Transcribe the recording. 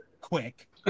quick